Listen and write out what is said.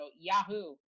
Yahoo